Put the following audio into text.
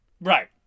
Right